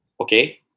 Okay